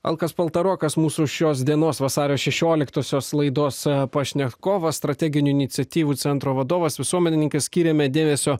alkas paltarokas mūsų šios dienos vasario šešioliktosios laidos pašnekovas strateginių iniciatyvų centro vadovas visuomenininkas skyrėme dėmesio